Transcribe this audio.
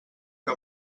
que